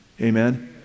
amen